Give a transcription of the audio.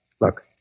Look